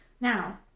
Now